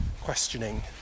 questioning